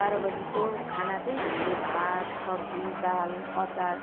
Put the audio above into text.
बाह्र बजीको खाना चाहिँ हामीले भात सब्जी दाल अचार